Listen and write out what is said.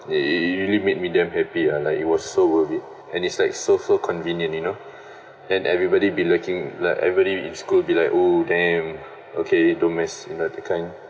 it it it really made me damn happy uh like it was so worth it and it's like so so convenient you know and everybody be liking like everybody in school be like oh damn okay don't mess you know that kind